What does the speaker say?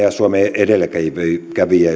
ja suomen edelläkävijyys